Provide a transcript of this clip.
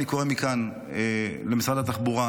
אני קורא מכאן למשרד התחבורה,